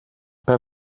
pas